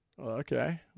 Okay